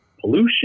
pollution